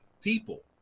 people